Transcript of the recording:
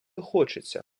хочеться